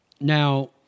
Now